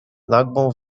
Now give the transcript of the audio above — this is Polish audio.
nagłą